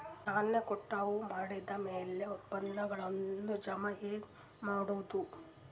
ಧಾನ್ಯ ಕಟಾವು ಮಾಡಿದ ಮ್ಯಾಲೆ ಉತ್ಪನ್ನಗಳನ್ನು ಜಮಾ ಹೆಂಗ ಮಾಡೋದು?